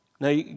Now